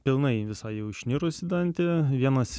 pilnai visai jau išnirusį dantį vienas